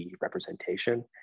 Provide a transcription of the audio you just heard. representation